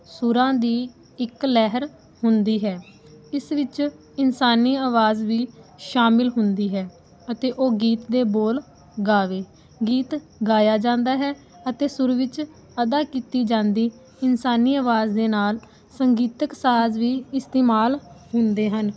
ਸੁਰਾਂ ਦੀ ਇੱਕ ਲਹਿਰ ਹੁੰਦੀ ਹੈ ਇਸ ਵਿੱਚ ਇਨਸਾਨੀ ਆਵਾਜ਼ ਵੀ ਸ਼ਾਮਿਲ ਹੁੰਦੀ ਹੈ ਅਤੇ ਉਹ ਗੀਤ ਦੇ ਬੋਲ ਗਾਵੇ ਗੀਤ ਗਾਇਆ ਜਾਂਦਾ ਹੈ ਅਤੇ ਸੁਰ ਵਿੱਚ ਅਦਾ ਕੀਤੀ ਜਾਂਦੀ ਇਨਸਾਨੀ ਆਵਾਜ਼ ਦੇ ਨਾਲ ਸੰਗੀਤਕ ਸਾਜ਼ ਵੀ ਇਸਤੇਮਾਲ ਹੁੰਦੇ ਹਨ